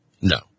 no